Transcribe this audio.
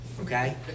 okay